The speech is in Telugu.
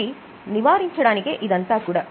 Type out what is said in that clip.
ఇవి నివారించడానికే ఇదంతా కూడా